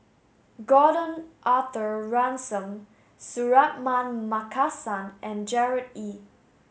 Gordon Arthur Ransome Suratman Markasan and Gerard Ee